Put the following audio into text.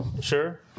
Sure